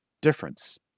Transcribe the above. difference